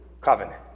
covenant